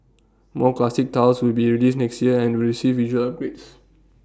more classic titles will be released next year and receive visual upgrades